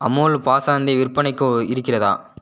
அமுல் பாசாந்தி விற்பனைக்கு இருக்கிறதா